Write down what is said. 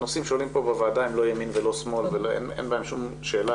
הנושאים שעולים פה בוועדה הם לא ימין ולא שמאל ואין בהם שום שאלה,